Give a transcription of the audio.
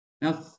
Now